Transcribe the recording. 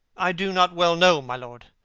i do not well know, my lord.